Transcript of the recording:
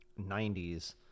90s